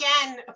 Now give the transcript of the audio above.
again